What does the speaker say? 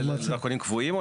לדרכונים קבועים?